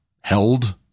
held